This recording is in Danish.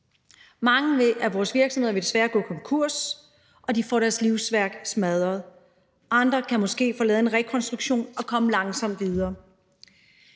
Mange af vores virksomheder vil desværre gå konkurs, og de får deres livsværk smadret. Andre kan måske få lavet en rekonstruktion og komme langsomt videre.